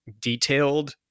detailed